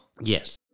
Yes